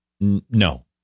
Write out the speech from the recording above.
no